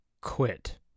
quit